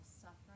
suffering